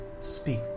speak